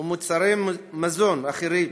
ומוצרי מזון אחרים.